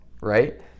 right